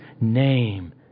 name